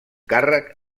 càrrec